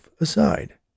aside